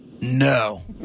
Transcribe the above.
No